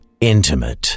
Intimate